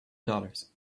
dollars